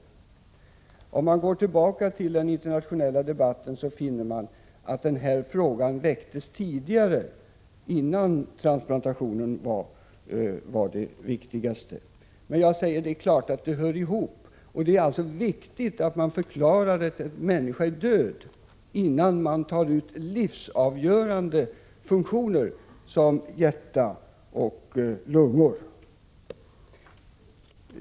Går man tillbaka till den internationella debatten finner man att denna fråga väcktes innan transplantationskirurgin var det viktigaste. Men det är klart att dessa frågor hör ihop. Det är viktigt att förklara att en människa är död, innan livsavgörande organ som hjärta och lungor tas ut.